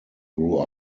grew